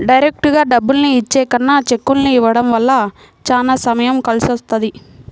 డైరెక్టుగా డబ్బుల్ని ఇచ్చే కన్నా చెక్కుల్ని ఇవ్వడం వల్ల చానా సమయం కలిసొస్తది